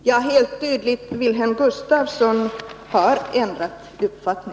Herr talman! Det är helt tydligt att Wilhelm Gustafsson har ändrat uppfattning.